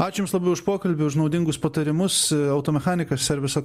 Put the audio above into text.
ačiū jums labai už pokalbį už naudingus patarimus automechanikas serviso